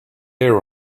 there